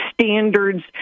standards